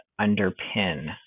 underpin